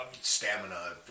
Stamina